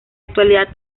actualidad